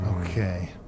Okay